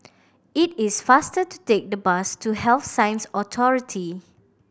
it is faster to take the bus to Health Sciences Authority